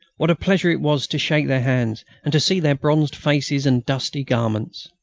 what a pleasure it was to shake their hands, and to see their bronzed faces and dusty garments.